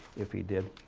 if he did.